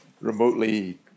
remotely